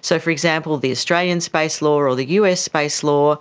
so, for example, the australian space law or or the us space law